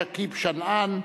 שכיב שנאן,